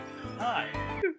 Hi